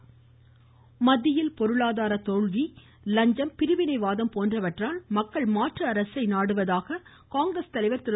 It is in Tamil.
ராகுல் காந்தி மத்தியில் பொருளாதார தோல்வி லஞ்சம் பிரிவினைவாதம் போன்றவற்றால் மக்கள் மாற்று அரசை விரும்புவதாக காங்கிரஸ் தலைவர் திரு